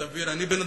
אתה מבין?